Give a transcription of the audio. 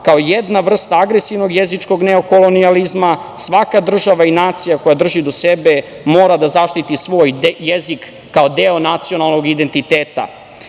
kao jedna vrsta agresivnog jezičkog neokolonijalizma, svaka država i nacija koja drži do sebe mora da zaštiti svoj jezik kao deo nacionalnog identiteta.